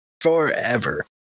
Forever